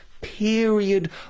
period